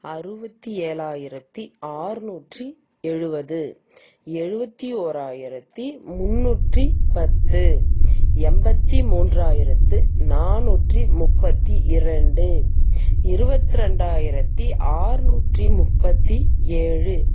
அறுபத்தி ஏழாயிரத்து ஆற்நூற்றி எழுபது எழுபத்தி ஓராயிரத்து முன்னூற்றி பத்து எண்பத்தி மூன்றாயிரத்து நானூற்றி முப்பத்தி இரண்டு இருபத்துரெண்டாயிரத்து ஆறுநூற்றி முப்பத்தி ஏழு